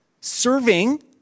serving